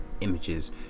images